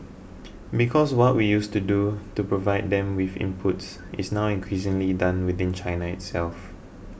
because what we used to do to provide them with inputs is now increasingly done within China itself